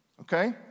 Okay